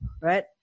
right